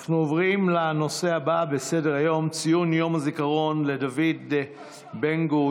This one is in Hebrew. אנחנו עוברים לנושא הבא בסדר-היום: ציון יום הזיכרון לדוד בן-גוריון,